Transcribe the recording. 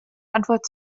antwort